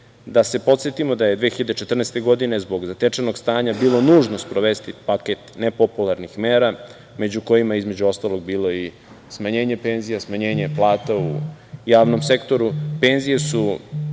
se podsetimo da je 2014. godine zbog zatečenog stanja bilo nužno sprovesti paket nepopularnih mera među kojima je, između ostalog, bilo i smanjenje penzija, smanjenje plata u javnom sektoru. Penzije su